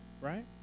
right